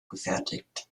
gefertigt